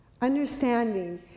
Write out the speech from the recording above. understanding